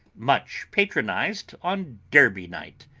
much patronised on derby night.